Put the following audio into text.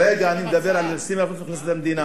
כרגע אני מדבר על נושאים, המדינה.